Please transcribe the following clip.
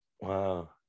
Wow